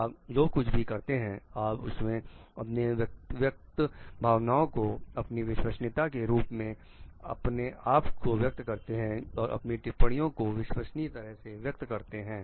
आप जो कुछ भी करते हैं आप उसमें अपनी व्यक्त भावनाओं को अपनी विश्वसनीयता के रूप में अपने आप को व्यक्त करते हैं और अपनी टिप्पणियों को विश्वसनीय तरह से व्यक्त करते हैं